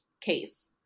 case